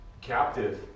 captive